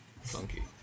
Funky